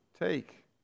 Take